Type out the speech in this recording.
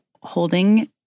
holding